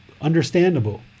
understandable